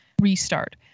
restart